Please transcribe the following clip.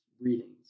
readings